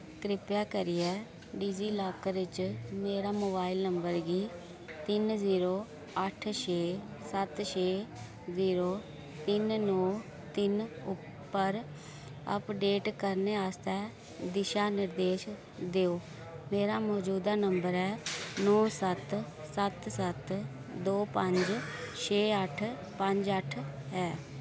कृपा करियै डिजीलाकर च मेरा मोबाइल नंबर गी तिन्न जीरो अट्ठ छे सत्त छे जीरो तिन्न नौ तिन्न उप्पर अपडेट करने आस्तै दिशानिर्देश देओ मेरा मजूदा नंबर ऐ नौ सत्त सत्त सत्त दो पंज छे अट्ठ पंज अट्ठ ऐ